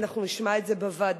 אנחנו נשמע את זה בוועדה,